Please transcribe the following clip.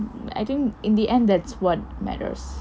I think in the end that's what matters